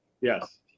yes